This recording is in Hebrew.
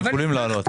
הם יכולים להעלות.